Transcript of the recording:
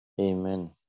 Amen